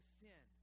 sin